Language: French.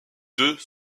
deux